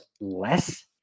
less